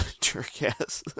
jerk-ass